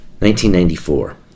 1994